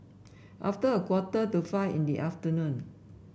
after a quarter to five in the afternoon